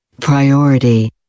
Priority